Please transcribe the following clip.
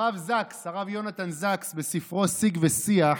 הרב זקס, הרב יונתן זקס, בספרו "שיג ושיח"